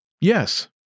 Yes